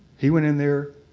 he went in there.